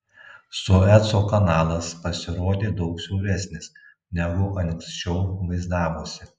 sueco kanalas pasirodė daug siauresnis negu anksčiau vaizdavosi